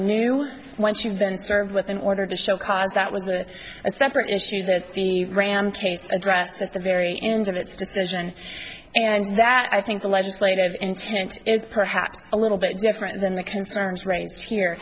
new once you've been served with an order to show cause that was a separate issue that the ram changed address at the very end of its decision and that i think the legislative intent is perhaps a little bit different than the concerns raised here